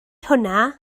hwnna